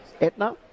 Etna